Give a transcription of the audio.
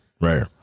Right